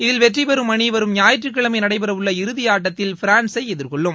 இதில் வெற்றிபெறும் அணி வரும் ஞாயிற்றுக்கிழமை நடைபெறவுள்ள இறுதியாட்டத்தில் பிரான்ஸை எதிர்கொள்ளும்